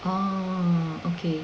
oh okay